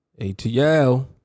atl